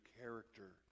character